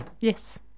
Yes